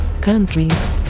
countries